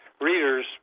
readers